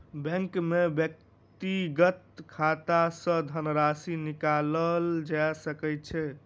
bank में व्यक्तिक खाता सॅ धनराशि निकालल जा सकै छै